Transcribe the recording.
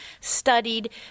studied